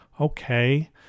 okay